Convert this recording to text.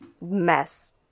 mess